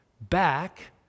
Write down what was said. back